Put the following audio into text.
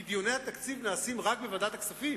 כי דיוני התקציב נעשים רק בוועדת הכספים.